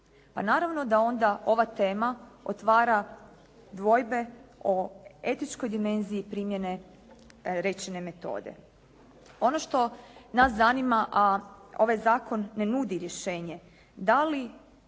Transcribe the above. Pa naravno da onda ova tema otvara dvojbe o etičkoj dimenziji primjene rečene metode. Ono što nas zanima, a ovaj zakon ne nudi rješenje da li